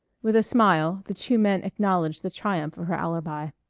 with a smile the two men acknowledged the triumph of her alibi.